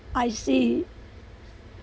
I see